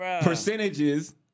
Percentages